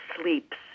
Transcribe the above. sleeps